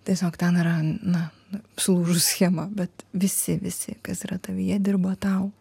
tiesiog ten yra na sulūžus schema bet visi visi kas yra tavyje dirba tau